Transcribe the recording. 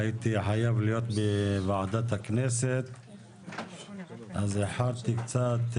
הייתי חייב להיות בוועדת הכנסת אז איחרתי קצת.